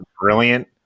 brilliant